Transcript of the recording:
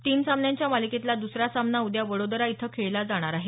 तीन सामन्यांच्या मालिकेतला दुसरा सामना उद्या वडोदरा इथं खेळला जाणार आहे